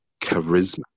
charisma